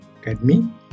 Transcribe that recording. Academy